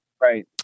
right